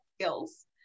skills